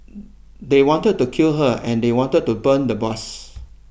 they wanted to kill her and they wanted to burn the bus